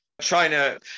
China